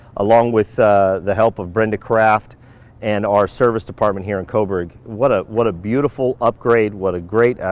along with the help of brenda craft and our service department here in coburg, what ah what a beautiful upgrade. what a great,